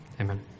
Amen